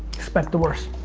expect the worst.